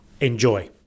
Enjoy